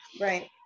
Right